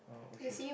oh okay